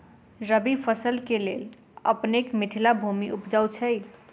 रबी फसल केँ लेल अपनेक मिथिला भूमि उपजाउ छै